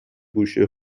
گوشی